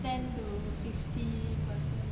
ten to fifteen percent